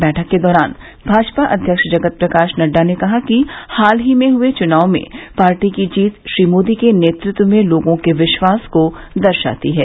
बैठक के दौरान भाजपा अध्यक्ष जगत प्रकाश नड्डा ने कहा कि हाल ही में हुए चुनाव में पार्टी की जीत श्री मोदी के नेतृत्व में लोगों के विश्वास को दर्शाती है